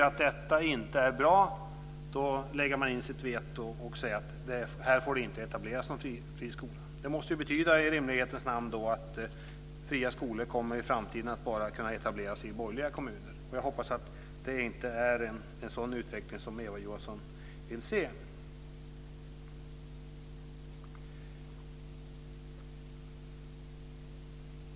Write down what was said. Ska man kunna lägga in sitt veto och säga att det inte får etableras någon friskola om man tycker att det inte är bra? Det måste ju i rimlighetens namn betyda att fria skolor i framtiden bara kommer att kunna etableras i borgerliga kommuner. Jag hoppas att det inte är en sådan utveckling som Eva Johansson vill se.